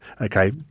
okay